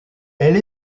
elle